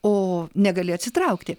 o negali atsitraukti